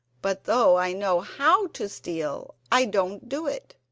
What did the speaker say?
but though i know how to steal i don't do it.